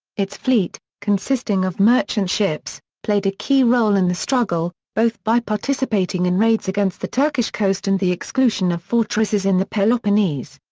its fleet consisting of merchant ships, played a key role in the struggle, both by participating in raids against the turkish coast and the exclusion of fortresses in the peloponnese.